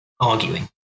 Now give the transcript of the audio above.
arguing